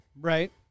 Right